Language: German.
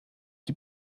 die